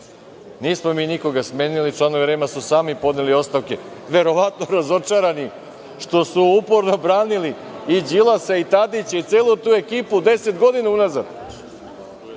Nismo mi nikoga smenili, članovi REM-a su sami podneli ostavke, verovatno razočarani što su uporno branili i Đilasa i Tadića i celu tu ekipu 10 godina unazad,